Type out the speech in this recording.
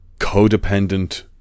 codependent